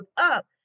up